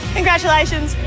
Congratulations